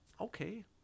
okay